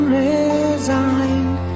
resigned